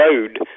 road